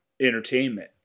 entertainment